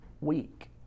week